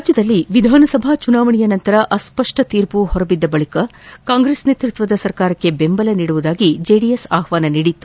ರಾಜ್ಯದಲ್ಲಿ ವಿಧಾನಸಭಾ ಚುನಾವಣೆಯ ನಂತರ ಅಸ್ಪಷ್ಟ ತೀರ್ಮ ಹೊರಬಿದ್ದ ಬಳಕ ಕಾಂಗ್ರೆಸ್ ನೇತೃತ್ವದ ಸರ್ಕಾರಕ್ಕೆ ಬೆಂಬಲ ನೀಡುವುದಾಗಿ ಜೆಡಿಎಸ್ ಆಹ್ವಾನ ನೀಡಿತ್ತು